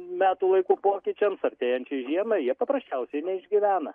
metų laikų pokyčiams artėjančiai žiemai jie paprasčiausiai neišgyvena